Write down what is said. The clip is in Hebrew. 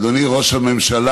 אדוני ראש הממשלה,